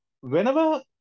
whenever